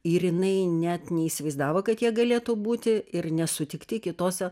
ir jinai net neįsivaizdavo kad jie galėtų būti ir nesutikti kitose